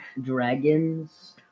Dragons